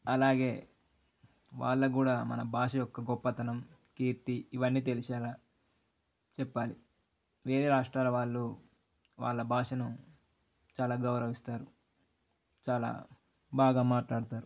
అలాగే వాళ్ళకు కూడా మన భాష యొక్క గొప్పతనం కీర్తి ఇవన్నీ తెలిసేలాా చెప్పాలి వేరే రాష్ట్రాల వాళ్ళు వాళ్ళ భాషను చాలా గౌరవిస్తారు చాలా బాగా మాట్లాడుతారు